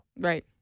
Right